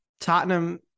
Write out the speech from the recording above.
Tottenham